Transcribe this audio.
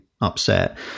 upset